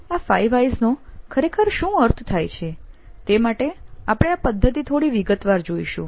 આ 5 વ્હાયસ નો ખરેખર શું અર્થ થાય છે તે માટે આપણે આ પદ્ધતિ થોડી વિગતવાર જોઈશું